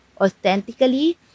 authentically